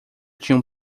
tinha